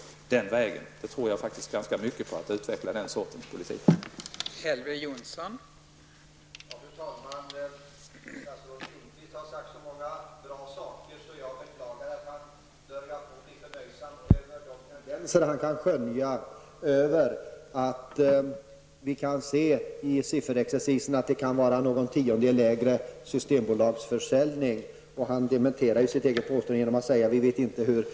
Möjligheten att utveckla den sortens politik tror jag faktiskt ganska mycket på.